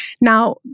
Now